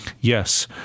Yes